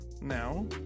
now